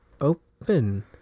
open